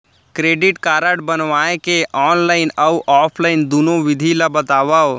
Credit card बनवाए के online अऊ ऑफलाइन दुनो विधि ला बतावव?